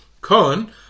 Cohen